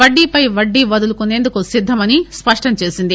వడ్డీపై వడ్డీ వదులుకునేందుకు సిద్దమని స్పష్టం చేసింది